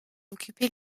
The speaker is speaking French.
occupé